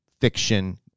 fiction